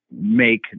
make